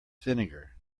vinegar